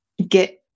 Get